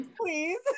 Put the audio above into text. please